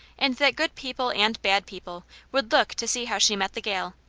and that good people and bad people would look to see how she met the gale.